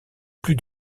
plus